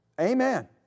Amen